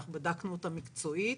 אנחנו בדקנו אותה מקצועית.